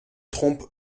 trompe